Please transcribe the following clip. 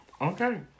Okay